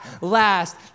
last